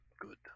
good